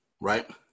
right